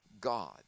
God